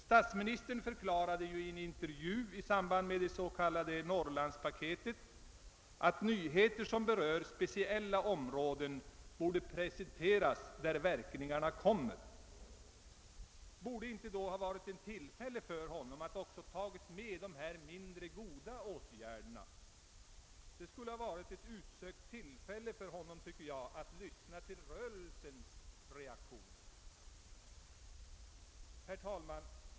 Statsministern förklarade i en intervju i samband med det s.k. Norrlandspaketet att nyheter som berör speciella områden borde presenteras där verkningarna kommer. Borde det då inte ha funnits anledning för honom att också ta med de här mindre goda åtgärderna? Det skulle ha varit ett utsökt tillfälle för honom att lyssna till rörelsens reaktion. Herr talman!